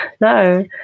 No